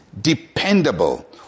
dependable